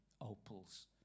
opals